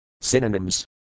Synonyms